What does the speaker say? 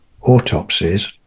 autopsies